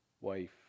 Wife